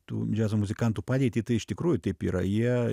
tų džiazo muzikantų padėtį tai iš tikrųjų taip yra jie